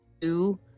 two